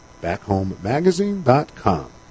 backhomemagazine.com